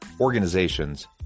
organizations